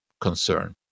concern